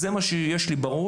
זה מה שיש לי בראש,